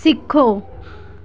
ਸਿੱਖੋ